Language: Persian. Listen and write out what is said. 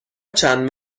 چند